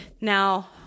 Now